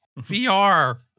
VR